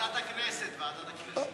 ועדת הכנסת, ועדת הכנסת.